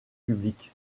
public